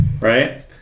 Right